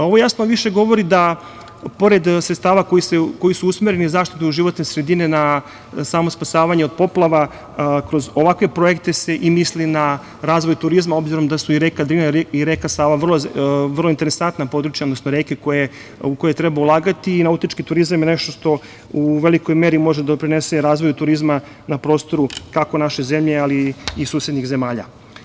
Ovo jasno više govori da pored sredstava koji su usmereni na zaštitu životne sredine, na samo spasavanje od poplava, kroz ovakve projekte se i misli na razvoj turizma, obzirom da su i reka Drina i reka Sava vrlo interesantna područja, odnosno reke u koje treba ulagati i nautički turizam je nešto što u velikoj meri može da doprinese razvoju turizma na prostoru, kako naše zemlje, ali i susednih zemalja.